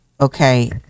okay